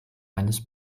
eines